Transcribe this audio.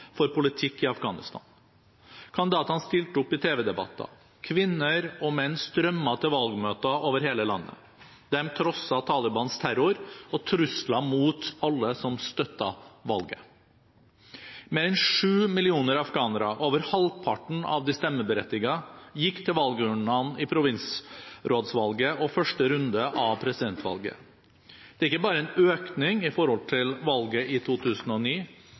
for politikk i Afghanistan. Kandidatene stilte opp i TV-debatter. Kvinner og menn strømmet til valgmøter over hele landet. De trosset Talibans terror og trusler mot alle som støttet valget. Mer enn sju millioner afghanere – over halvparten av de stemmeberettigede – gikk til valgurnene i provinsrådsvalget og første runde av presidentvalget. Det er ikke bare en økning i forhold til valget i 2009.